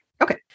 Okay